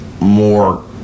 More